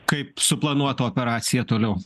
kaip suplanuota operacija toliau